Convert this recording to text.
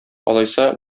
алайса